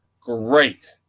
Great